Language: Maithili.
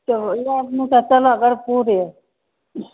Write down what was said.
तब लए चल गरपुरे